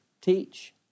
teach